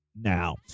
Now